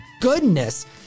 Goodness